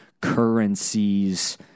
currencies